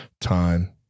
time